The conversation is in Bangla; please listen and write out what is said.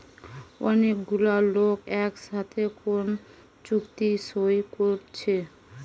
অনেক গুলা লোক একসাথে কোন চুক্তি সই কোরছে